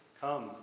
Come